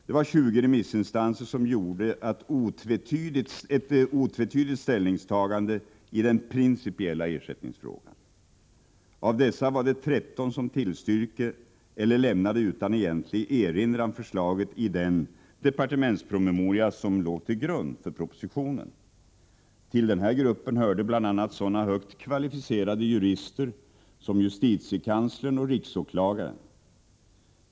Det var 20 remissinstanser som gjorde ett otvetydigt ställningstagande i den principiella ersättningsfrågan. Av dessa var det 13 som tillstyrkte eller lämnade utan egentlig erinran förslaget i den departementspromemoria som låg till grund för propositionen. Till denna grupp hörde bl.a. sådana högt kvalificerade jurister som justitiekanslern och riksåklagaren.